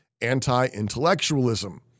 anti-intellectualism